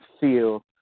feel